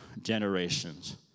generations